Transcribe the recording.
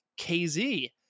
KZ